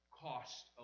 Cost